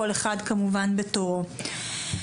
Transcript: כל אחד כמובן בתורו.